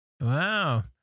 wow